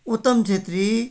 Uttam Chhetri